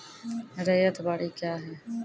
रैयत बाड़ी क्या हैं?